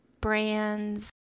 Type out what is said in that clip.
brands